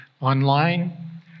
online